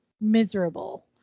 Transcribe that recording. miserable